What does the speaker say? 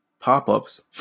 pop-ups